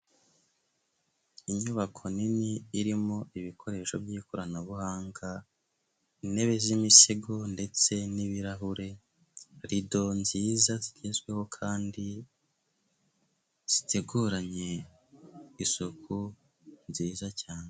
Inyubako nini irimo ibikoresho by'ikoranabuhanga, intebe z'imizigo ndetse n'ibirahure, rido nziza zigezweho kandi ziteguranye isuku nziza cyane.